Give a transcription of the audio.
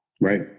Right